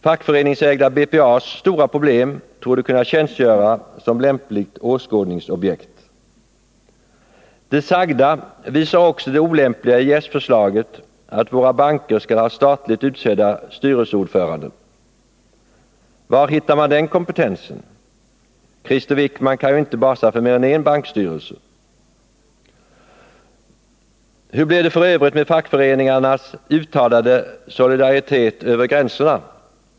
Fackföreningsägda BPA:s stora problem torde kunna tjänstgöra som lämpligt åskådningsobjekt. Det sagda visar också det olämpliga i s-förslaget att våra banker skall ha statligt utsedda styrelseordförande. Var hittar man den kompetensen? Krister Wickman kan ju inte basa för mer än en bankstyrelse. Hur blir det f.ö. med fackföreningarnas uttalade solidaritet över gränserna?